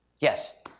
Yes